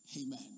Amen